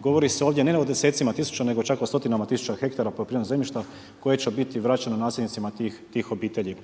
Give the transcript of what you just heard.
govori se ovdje ne o desecima tisuća nego o stotinama tisuća hektara poljoprivrednog zemljišta koje će biti vraćene nasljednicima tih obitelji